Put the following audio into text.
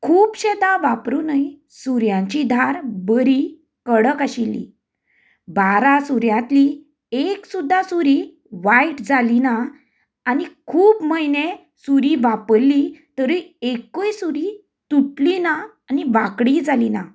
खुबश्येदां वापरूनय सुरयांची धार बरी कडक आशिल्ली बारा सुरयांतली एक सुद्दां सुरी वायट जाली ना आनी खूब म्हयने सुरी वापरल्ली तरीय एकूय सुरी तुटली ना आनी वांकडीय जाली ना